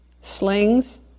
Slings